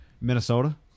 Minnesota